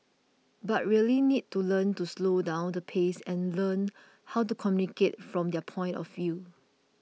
but really need to learn to slow down the pace and learn how to communicate from their point of view